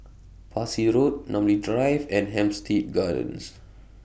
Parsi Road Namly Drive and Hampstead Gardens